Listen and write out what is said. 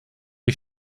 ich